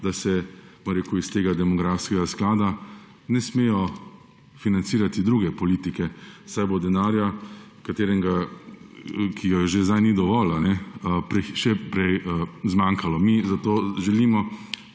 da se iz tega demografskega sklada ne smejo financirati druge politike, saj bo denarja, ki ga že zdaj ni dovolj, še prej zmanjkalo. Mi zato želimo,